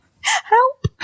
Help